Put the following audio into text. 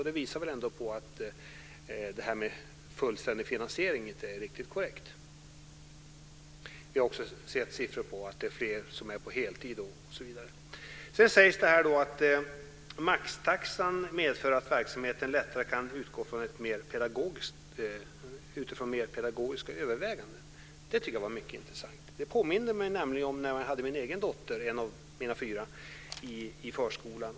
Det visar väl på att det här med fullständig finansiering inte är riktigt korrekt. Vi har också sett siffror på att det är fler som är på heltid osv. Sedan sägs att maxtaxan medför att verksamheten lättare kan utgå från mer pedagogiska överväganden. Det tycker jag är mycket intressant. Det påminner mig om hur det var när jag hade en av mina fyra döttrar i förskolan.